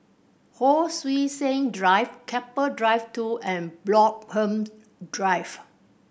Hon Sui Sen Drive Keppel Drive Two and Bloxhome Drive